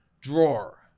Drawer